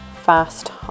fast